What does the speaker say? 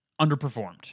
underperformed